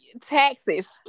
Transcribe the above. taxes